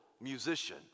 musician